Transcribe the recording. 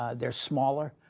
ah they're smaller.